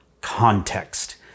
Context